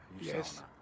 Yes